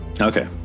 Okay